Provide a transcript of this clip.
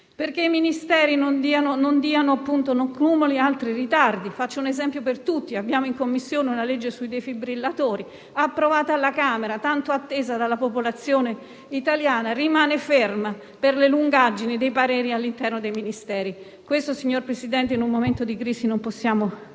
affinché i Ministeri non accumulino altri ritardi. Faccio un esempio per tutti: abbiamo all'esame in Commissione un disegno di legge sui defibrillatori, approvato alla Camera, tanto atteso dalla popolazione italiana, che rimane fermo per le lungaggini dei pareri all'interno dei Ministeri. Questo, signor Presidente, in un momento di crisi non possiamo